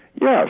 Yes